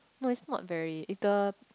no is not very if the